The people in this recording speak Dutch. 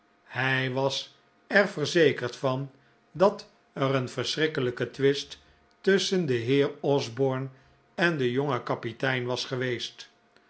hij was er verzekerd van dat er een verschrikkelijke twist tusschen den heer osborne en den jongen kapitein was geweest